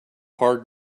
hard